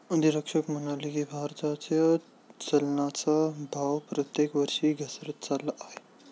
अधीक्षक म्हणाले की, भारताच्या चलनाचा भाव प्रत्येक वर्षी घसरत चालला आहे